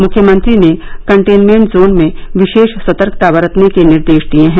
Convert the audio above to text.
मुख्यमंत्री ने containment zone में विशेष सतर्कता बरतने के निर्देश दिए हैं